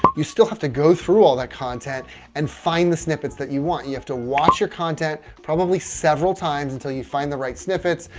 you still have to go through all that content and find the snippets that you want. you have to watch your content probably several times until you find the right snippets.